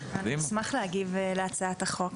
אני אשמח להגיב להצעת החוק.